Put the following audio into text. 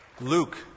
Luke